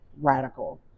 Radical